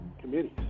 committees